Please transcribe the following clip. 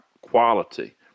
quality